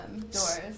Doors